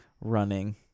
running